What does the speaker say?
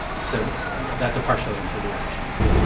so that's a partial answer to your question as well.